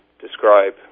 describe